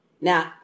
Now